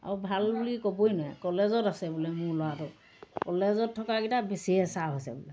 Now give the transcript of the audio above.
আৰু ভাল বুলি ক'বই নোৱাৰে কলেজত আছে বোলে মোৰ ল'ৰাটো কলেজত থকাকেইটা বেছিহে চাৰ হৈছে